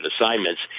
assignments